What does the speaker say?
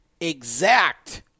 exact